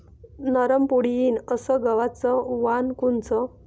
नरम पोळी येईन अस गवाचं वान कोनचं?